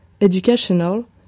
educational